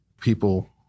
people